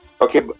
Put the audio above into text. okay